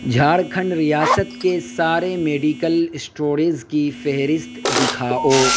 جھارکھنڈ ریاست کے سارے میڈیکل اسٹوڑز کی فہرست دکھاؤ